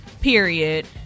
period